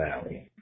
Valley